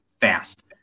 fast